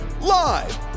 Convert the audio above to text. live